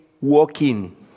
walking